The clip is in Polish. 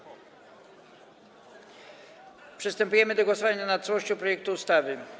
Przystępujemy do głosowania nad całością projektu ustawy.